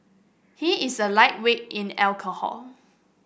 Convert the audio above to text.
he is a lightweight in alcohol